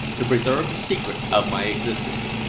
to preserve the secret of my existence.